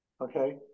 Okay